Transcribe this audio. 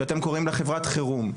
שאתם קוראים לה חברת חרום.